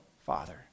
Father